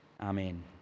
Amen